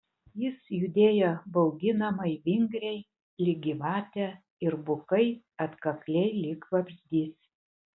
jis judėjo bauginamai vingriai lyg gyvatė ir bukai atkakliai lyg vabzdys